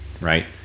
right